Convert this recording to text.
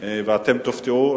ואתם תופתעו,